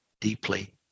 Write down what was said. deeply